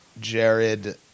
Jared